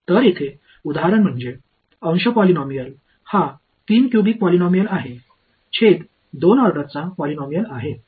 எனவே இங்கே இந்த நியூமரேட்டர் பாலினாமியல் வரிசை3 கியூபிக் பாலினாமியல் ஆகும் ஒரு பாலினாமியல் ஆகும் டினாமினேடர்என்பது ஒரு பாலினாமியல் 2 வரிசையாகும்